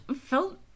felt